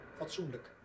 Fatsoenlijk